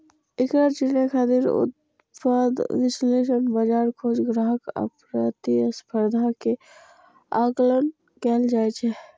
एकरा चिन्है खातिर उत्पाद विश्लेषण, बाजार खोज, ग्राहक आ प्रतिस्पर्धा के आकलन कैल जाइ छै